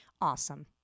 awesome